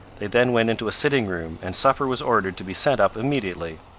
they then went into a sitting-room, and supper was ordered to be sent up immediately.